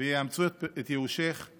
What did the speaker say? ויאמצו את ייאושך /